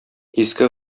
иске